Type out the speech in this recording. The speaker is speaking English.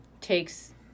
takes